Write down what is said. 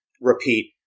repeat